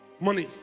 money